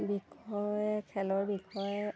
বিষয়ে খেলৰ বিষয়ে